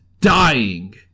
dying